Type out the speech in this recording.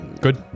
Good